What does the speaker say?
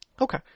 Okay